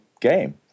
game